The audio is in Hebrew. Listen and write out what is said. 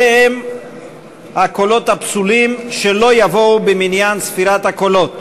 אלה הם הקולות הפסולים שלא יבואו במניין ספירת הקולות: